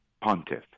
pontiff